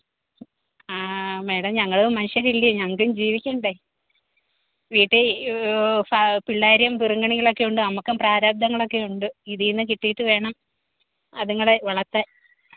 ആ മാഡം ഞങ്ങളും മനുഷ്യരല്ലേ ഞങ്ങൾക്കും ജീവിക്കണ്ടേ വീട്ടിൽ ഫാ പിള്ളേരും പിറുങ്ങണികളൊക്ക് ഉണ്ട് നമുക്കും പ്രാരാബ്ധങ്ങൾ ഒക്കെ ഉണ്ട് ഇതിൽ നിന്ന് കിട്ടിയിട്ട് വേണം അതുങ്ങളെ വളർത്താൻ